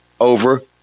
over